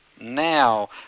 now